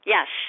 Yes